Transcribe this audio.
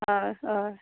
অ' অ'